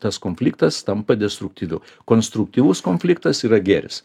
tas konfliktas tampa destruktyviu konstruktyvus konfliktas yra gėris